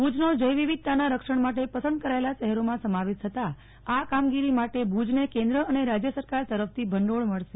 ભુજનો જૈવ વિવિધતાનાં રક્ષણ માટે પસંદ કરાયેલા શહેરોમાં સમાવેશ થતા આ કામગીરી માટે ભુજને કેન્દ્ર અને રાજ્ય સરકાર તરફથી ભંડીળ મળશે